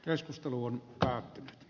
keskustelu on päättynyt